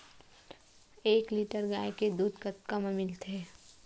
एक लीटर गाय के दुध कतका म मिलथे?